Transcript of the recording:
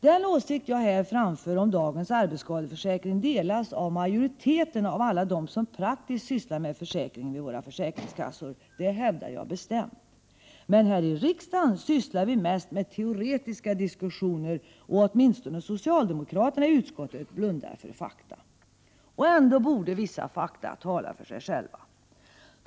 Den åsikt som jag här framför om dagens arbetsskadeförsäkring delas av en majoritet av alla dem som praktiskt sysslar med försäkringen vid våra försäkringskassor. Det hävdar jag bestämt. Men här i riksdagen sysslar vi mest med teoretiska diskussioner. Åtminstone socialdemokraterna i utskottet blundar för fakta. Ändå borde vissa fakta tala för sig själva!